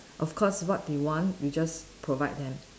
of course what they want we just provide them